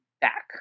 back